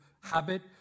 habit